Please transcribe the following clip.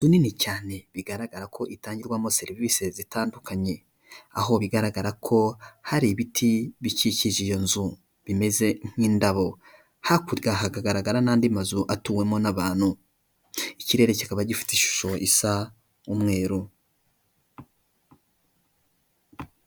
Inzu nini cyane bigaragara ko itangirwamo serivisi zitandukanye aho bigaragara ko hari ibiti bikikije iyo nzu bimeze nk'indabo, hakurya hakagaragara n'andi mazu atuwemo n'abantu ikirere kikaba gifite ishusho isa umweru.